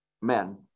men